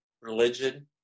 religion